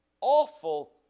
awful